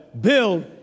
build